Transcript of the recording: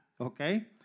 Okay